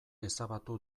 ezabatu